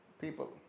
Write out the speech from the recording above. people